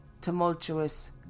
tumultuous